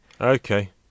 Okay